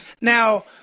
now